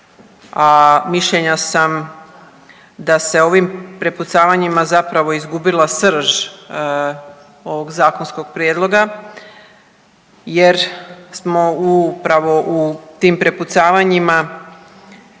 mišljenja sam da se ovim prepucavanjima zapravo izgubila srž ovog zakonskog prijedloga, jer smo upravo u tim prepucavanjima